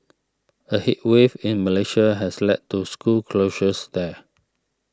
a heat wave in Malaysia has led to school closures there